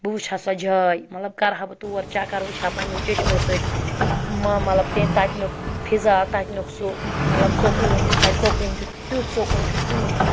بہٕ وٕچھِ ہا سۄ جاے مطلب کَرٕ ہا بہٕ تور چَکر وٕچھِ ہا پنٛنیو چٔشمو سۭتۍ ما مطلب تے تَتِنُک فِضا تَتِنُک سُہ مطلب سکوٗن یُس تَتہِ سکوٗن چھِ تیُتھ سکوٗن چھُنہٕ کُنی